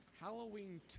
Halloween